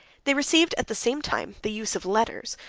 they received, at the same time, the use of letters,